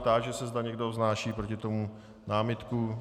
Táži se, zda někdo vznáší proti tomu námitku.